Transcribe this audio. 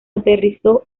aterrizó